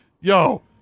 Yo